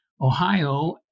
Ohio